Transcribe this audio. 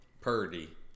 Purdy